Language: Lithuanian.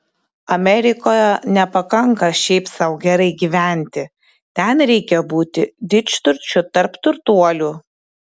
amerikoje nepakanka šiaip sau gerai gyventi ten reikia būti didžturčiu tarp turtuolių